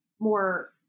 more